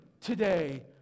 today